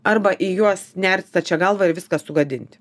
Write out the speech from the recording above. arba į juos nerti stačia galva ir viską sugadinti